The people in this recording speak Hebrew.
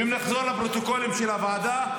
אם נחזור לפרוטוקולים של הוועדה,